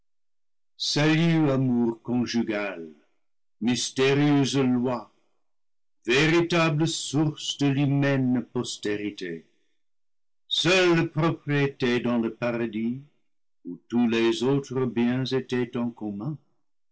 salut amour conjugal mystérieuse loi véritable source de l'humaine postérité seule propriété dans le paradis où tous les autres biens étaient en commun